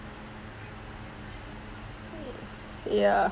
ya